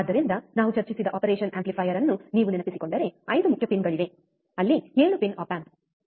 ಆದ್ದರಿಂದ ನಾವು ಚರ್ಚಿಸಿದ ಆಪರೇಷನ್ ಆಂಪ್ಲಿಫೈಯರ್ ಅನ್ನು ನೀವು ನೆನಪಿಸಿಕೊಂಡರೆ 5 ಮುಖ್ಯ ಪಿನ್ಗಳಿವೆ ಅಲ್ಲಿ 7 ಪಿನ್ ಆಪ್ ಆಂಪ್